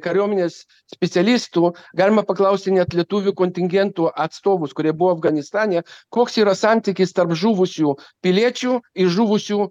kariuomenės specialistu galima paklausti net lietuvių kontingentų atstovus kurie buvo afganistane koks yra santykis tarp žuvusių piliečių ir žuvusių